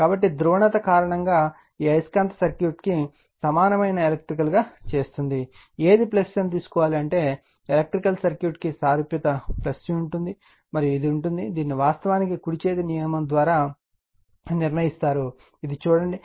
కాబట్టి ధ్రువణత కారణముగా ఈ అయస్కాంత సర్క్యూట్ను సమానమైన ఎలక్ట్రికల్గా చేస్తుంది ఏది అని తెలుసుకోవాలి అంటే ఎలక్ట్రికల్ సర్క్యూట్కు సారూప్యత ఉంటుంది మరియు ఇది ఉంటుంది దీనిని వాస్తవానికి కుడి చేతి నియమం నుండి నిర్ణయిస్తారు అది చూడండి